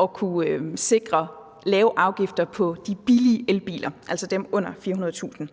at kunne sikre lavere afgifter på de billige elbiler, altså dem til under 400.000 kr.